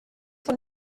von